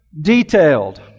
detailed